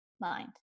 mind